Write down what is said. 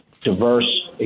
diverse